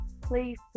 Please